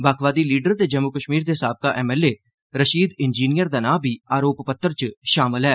बक्खवादी leader ते जम्मू कश्मीर दे साबका एमएलए रशीद इंजीनियर दा नां बी अरोप पत्र च शामल ऐ